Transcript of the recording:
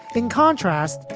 in contrast,